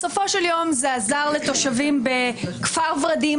בסופו של יום זה עזר לתושבים בכפר ורדים,